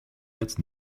jetzt